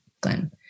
glenn